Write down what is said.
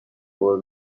قوه